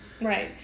Right